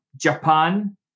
Japan